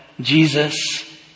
Jesus